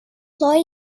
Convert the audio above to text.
their